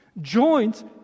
Joints